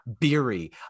Beery